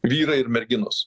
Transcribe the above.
vyrai ir merginos